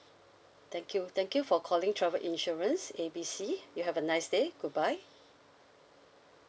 thank you thank you for calling travel insurance A B C you have a nice day goodbye